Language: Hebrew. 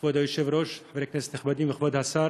כבוד היושב-ראש, חברי כנסת נכבדים וכבוד השר,